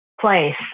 place